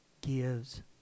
gives